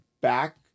back